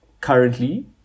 Currently